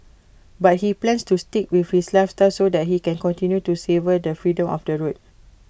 but he plans to stick with this lifestyle so that he can continue to savour the freedom of the road